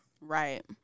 Right